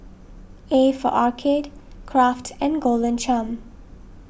A for Arcade Kraft and Golden Churn